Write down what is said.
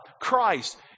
Christ